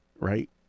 Right